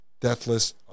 deathless